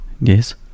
Yes